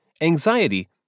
anxiety